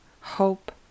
hope